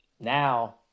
now